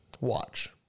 watch